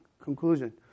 conclusion